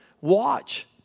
Watch